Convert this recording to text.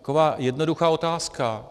Taková jednoduchá otázka.